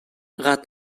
gat